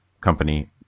company